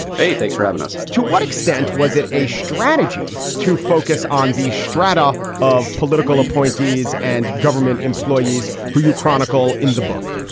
hey, thanks for having us. to what extent was it a strategy to focus on these strata of political appointees and government employees who you chronicle in the book?